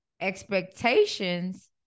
expectations